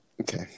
Okay